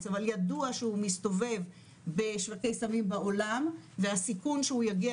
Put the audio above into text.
אבל ידוע שהוא מסתובב בשווקי סמים בעולם והסיכון שהוא יגיע